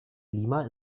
lima